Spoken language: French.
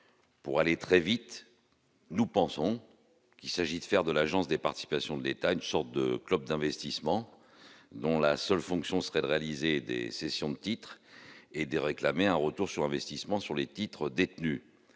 Pour aller très vite, nous pensons qu'il s'agit de faire de l'Agence des participations de l'État, une sorte de club d'investissement dont la seule fonction serait de réaliser des cessions de titres et de réclamer un retour sur investissement sur les titres détenus